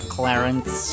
Clarence